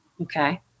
Okay